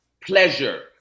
pleasure